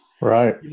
Right